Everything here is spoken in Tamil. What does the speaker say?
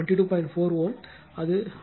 4 Ω அது வரும்